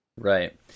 Right